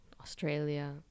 Australia